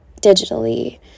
digitally